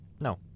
No